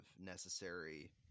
necessary